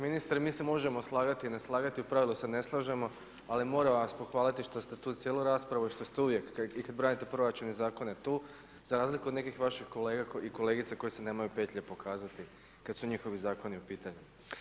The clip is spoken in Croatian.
Ministre, mi se možemo slagati i ne slagati, u pravilu se ne slažemo, ali moram vas pohvaliti što ste tu cijelu raspravi i što ste uvijek i kad branite proračun i zakone tu za razliku od nekih vaših kolega i kolegica koji se nemaju petlje pokazati kad su njihovi zakoni u pitanju.